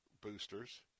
boosters